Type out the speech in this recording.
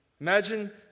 Imagine